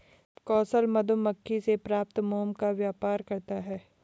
कौशल मधुमक्खी से प्राप्त मोम का व्यापार करता है